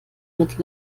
mit